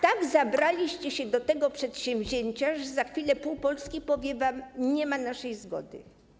Tak zabraliście się do tego przedsięwzięcia, że za chwilę pół Polski powie wam: nie ma naszej zgody.